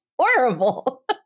horrible